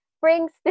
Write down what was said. brings